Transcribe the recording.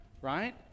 Right